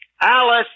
Alice